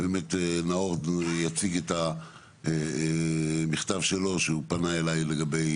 נאור יציג את המכתב שלו שהוא פנה אליי לגבי